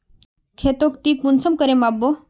खेतोक ती कुंसम करे माप बो?